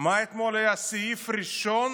מה אתמול היה הסעיף הראשון